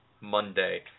Monday